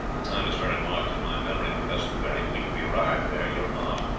the time is very marked in my memory, because, the very week we arrived there, your aunt,